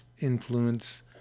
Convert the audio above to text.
influence